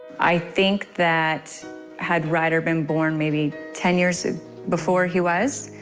i think that had rider been born maybe ten years before he was,